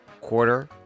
Quarter